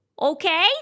Okay